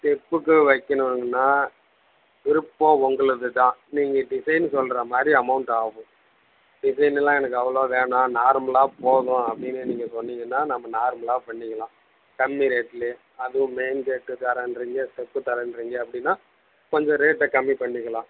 ஸ்டெப்புக்கு வைக்கிணுன்னா விருப்பம் உங்களுது தான் நீங்கள் டிசைன் சொல்லுற மாதிரி அமௌண்ட் ஆகும் டிசைனெலாம் எனக்கு அவ்வளவாக வேணாம் நார்மலாக போதும் அப்படினு நீங்கள் சொன்னிங்கன்னால் நம்ம நார்மலாக பண்ணிக்கலாம் கம்மி ரேட்டுலையே அதுவும் மெயின் கேட்டு தரேன்கிறிங்க ஸ்டெப்பு தரேன்கிறிங்க அப்படினா கொஞ்சம் ரேட்டை கம்மி பண்ணிக்கிலாம்